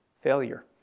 failure